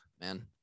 man